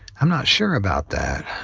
i'm not sure about that.